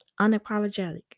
unapologetic